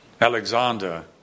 Alexander